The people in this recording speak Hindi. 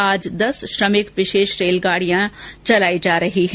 आज दस श्रमिक विशेष रेलगाड़िया चलाई जा रेही है